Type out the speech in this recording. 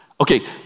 Okay